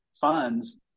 funds